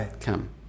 come